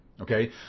Okay